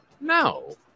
No